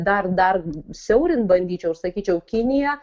dar dar siaurint bandyčiau ir sakyčiau kinija